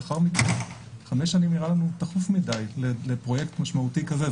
לאחר מכן חמש שנים נראה לנו תכוף מדי לפרויקט משמעותי כזה.